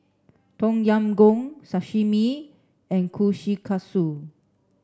Tom Yam Goong Sashimi and Kushikatsu